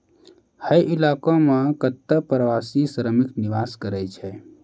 हय इलाको म कत्ते प्रवासी श्रमिक निवास करै छै